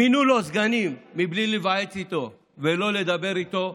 מינו לו סגנים בלי להיוועץ בו ובלי לדבר איתו.